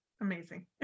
amazing